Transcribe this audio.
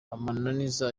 amananiza